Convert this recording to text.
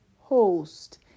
host